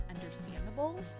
understandable